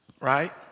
right